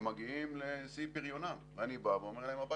הם מגיעים לשיא פריונם, ואני בא ואומר להם, הביתה.